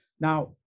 Now